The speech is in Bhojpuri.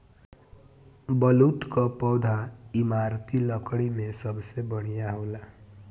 बलूत कअ पौधा इमारती लकड़ी में सबसे बढ़िया होला